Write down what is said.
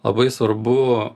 labai svarbu